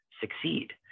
succeed